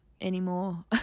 anymore